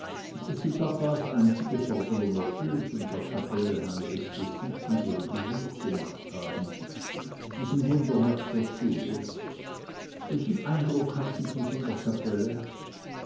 daß sie papas einzige forderung erfüllt und der kapelle heinrichs des siebenten ihren besuch gemacht haben diesem wunderwerk der tudors welchen eindruck hatten sie von der kapelle